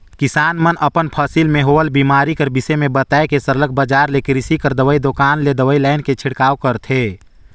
किसान मन अपन फसिल में होवल बेमारी कर बिसे में बताए के सरलग बजार ले किरसी कर दवई दोकान ले दवई लाएन के छिड़काव करथे